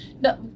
No